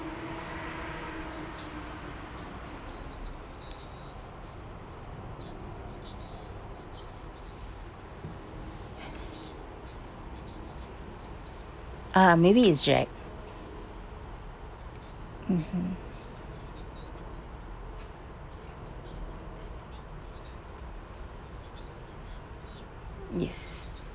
(uh huh) maybe it's jack mmhmm mm yes